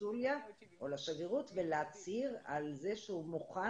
לקונסוליה או לשגרירות ולהצהיר על זה שהוא מוכן